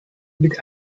mit